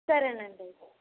సరేనండి అయితే